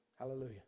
Hallelujah